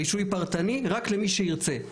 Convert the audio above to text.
רישוי פרטני רק למי שירצה.